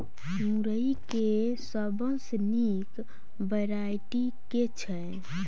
मुरई केँ सबसँ निक वैरायटी केँ छै?